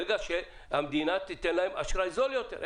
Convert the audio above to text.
ברגע שהמדינה תיתן להם אשראי זול יותר.